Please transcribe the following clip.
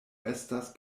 estas